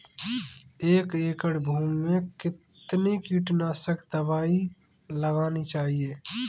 एक एकड़ भूमि में कितनी कीटनाशक दबाई लगानी चाहिए?